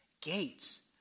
Gates